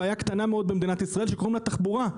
בעיה קטנה מאוד במדינת ישראל שקוראים לה תחבורה.